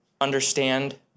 understand